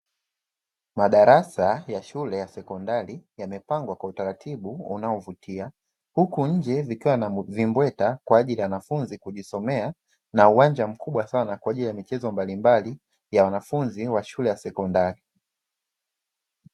Madarasa ya shule ya sekondari yamepangwa katika utaratibu unaovutia huku nje kukiwa na vimbweta kwa ajili ya wanafunzi kujisomea na uwanja mkubwa sana kwa ajili ya michezo mbalimbali ya wanafunzi wa shule ya sekondari.